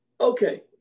Okay